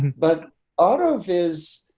but auto of is,